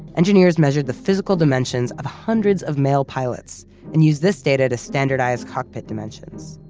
engineers measured the physical dimensions of hundreds of male pilots and used this data to standardize cockpit dimensions.